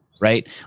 Right